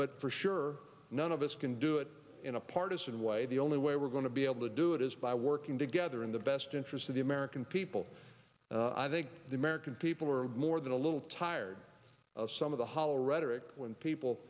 but for sure none of us can do it in a partisan way the only way we're going to be able to do it is by working together in the best interest of the american people and i think the american people are more than a little tired of some of the hollow rhetoric when people